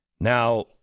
Now